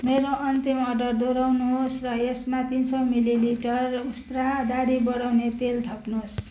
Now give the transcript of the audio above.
मेरो अन्तिम अर्डर दोहोऱ्याउनुहोस् र यसमा तिन सौ मिलिलिटर उस्त्रा दाह्री बढाउने तेल थप्नुहोस्